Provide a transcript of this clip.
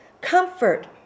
Comfort